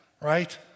Right